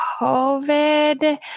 COVID